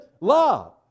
Love